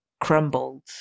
crumbled